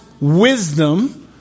wisdom